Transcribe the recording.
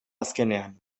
azkenean